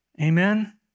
Amen